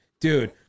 Dude